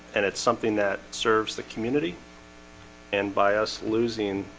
and it's something that serves the community and by us losing